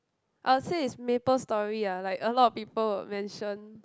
uh say is Maple Story ah like a lot of people would mention